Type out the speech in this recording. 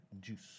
juice